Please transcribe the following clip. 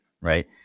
right